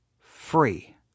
free